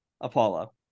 Apollo